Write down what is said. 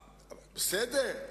בסדר,